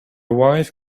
wife